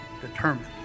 determined